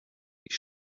die